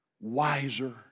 wiser